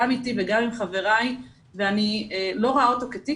גם איתי וגם עם חבריי ואני לא רואה אותו כתיק,